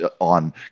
on